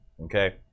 Okay